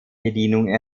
bedienung